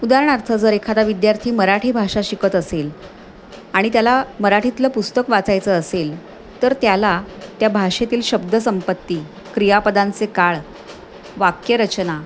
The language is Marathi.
उदाहारणार्थ जर एखादा विद्यार्थी मराठी भाषा शिकत असेल आणि त्याला मराठीतलं पुस्तक वाचायचं असेल तर त्याला त्या भाषेतील शब्दसंपत्ती क्रियापदांचे काळ वाक्यरचना